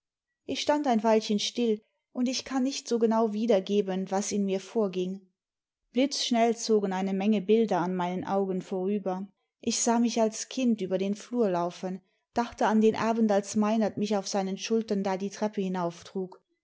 ich stand ein weilchen still und ich kann nicht so genau wiedergeben was in mir vorging blitzschnell zogen eine menge bilder an meinen augen vorüber ich sah mich als kind über den flur laufen dachte an den abend als meinert mich auf seinen schultern da die treppe